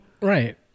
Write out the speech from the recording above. Right